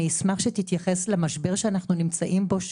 אבל אני אשמח שתתייחס למשבר שאנחנו נמצאים בו,